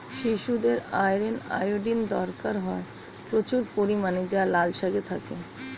শিশুদের iron, iodine দরকার হয় প্রচুর পরিমাণে যা লাল শাকে থাকে